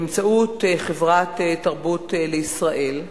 באמצעות חברת "תרבות לישראל",